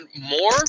more